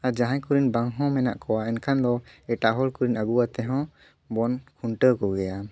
ᱟᱨ ᱡᱟᱦᱟᱸᱭ ᱠᱚᱨᱮᱱ ᱵᱟᱝᱦᱚᱸ ᱢᱮᱱᱟᱜ ᱠᱚᱣᱟ ᱮᱱᱠᱷᱟᱱ ᱫᱚ ᱮᱴᱟᱜ ᱦᱚᱲ ᱠᱚᱨᱤᱱ ᱟᱹᱜᱩ ᱠᱟᱛᱮ ᱦᱚᱸ ᱵᱚᱱ ᱠᱷᱩᱱᱴᱟᱹᱣ ᱠᱚᱜᱮᱭᱟ